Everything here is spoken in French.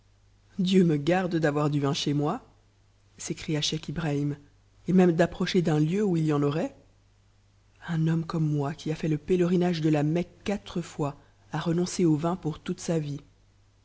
dieu me garde d'avoir du vin chez moi s'écria scheich ibrahim t même d'approcher d'un lieu où il y en aurait un homme comme moi qui a fait le pélerinage de la mecque quatre fois a renoncé au vin pour toute sa vie